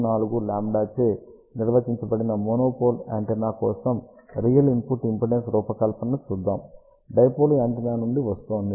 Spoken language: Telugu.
24 λ చే నిర్వచించబడిన మొనోపోల్ యాంటెన్నా కోసం రియల్ ఇన్పుట్ ఇంపిడెన్స్ రూపకల్పనను చూద్దాం డైపోల్ యాంటెన్నా నుండి వస్తోంది